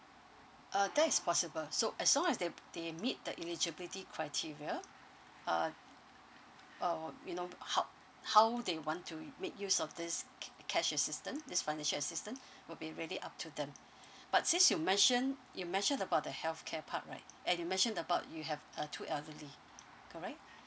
uh that is possible so as long as they they meet the eligibility criteria uh uh you know how how they want to make use of this ca~ cash assistant this financial assistant would be really up to them but since you mentioned you mentioned about the health care part right and you mentioned about you have a two elderly correct